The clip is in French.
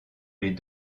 les